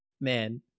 man